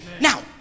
Now